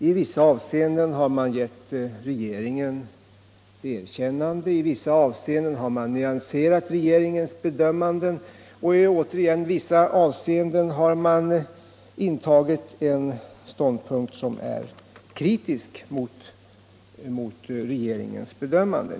I vissa avseenden har man gett regeringen ett erkännande, i andra har man nyanserat regeringens bedömningar och i andra återigen har man intagit en kritisk ståndpunkt till regeringens bedömningar.